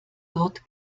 dort